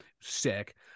Sick